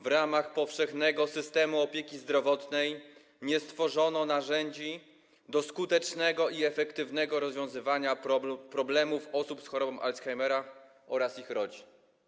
W ramach powszechnego systemu opieki zdrowotnej nie stworzono narzędzi do skutecznego i efektywnego rozwiązywania problemów osób z chorobą Alzheimera oraz ich rodzin.